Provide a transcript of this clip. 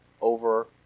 over